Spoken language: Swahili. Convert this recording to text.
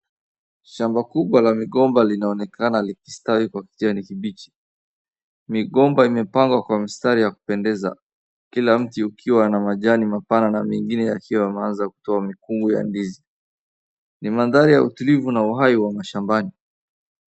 Shamba kubwa la migomba linaonekana likistawi kwa kijani kibichi. Migomba imepangwa kwa mistari ya kupendeza, kila mti ukiwa na majani mapana na mengine yakiwa anaanza kutoa mikunga ya ndizi. Ni mandhari ya utulivu na uhai wa mashambani.